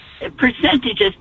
Percentages